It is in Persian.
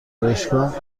آرایشگاه